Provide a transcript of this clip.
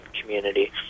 community